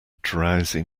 drowsy